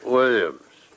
Williams